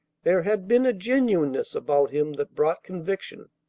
there had been a genuineness about him that brought conviction.